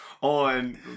on